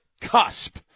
cusp